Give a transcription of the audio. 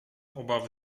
obawy